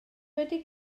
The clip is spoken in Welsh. wedi